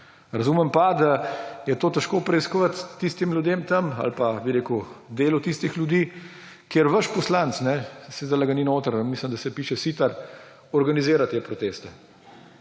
Razumem pa, da je to težko preiskovati tistim ljudem tam ali pa delu tistih ljudi, kjer vaš poslanec, saj zdaj ga ni v dvorani, ampak mislim, da se piše Siter, organizira te proteste.